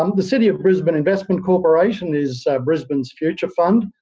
um the city of brisbane investment corporation is brisbane's future fund,